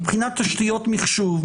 מבחינת תשתיות מחשוב,